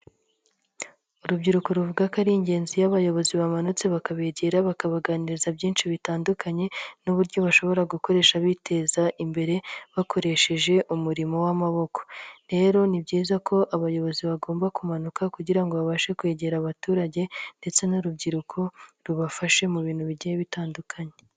Ubyiruko ruvuga ko ari ingenzi iyo abayobozi bamanutse bakabegera bakabaganiriza byinshi bitandukanye, n'uburyo bashobora gukoresha biteza imbere, bakoresheje umurimo w'amaboko. Rero ni byiza ko abayobozi bagomba kumanuka kugira ngo babashe kwegera abaturage, ndetse n'urubyiruko rubafashe mu bintu bigiye bitandukanye.